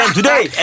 today